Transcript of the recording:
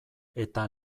eta